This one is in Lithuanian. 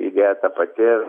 idėja ta pati